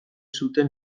zuten